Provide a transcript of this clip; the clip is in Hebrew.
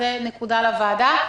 זו נקודה לוועדה.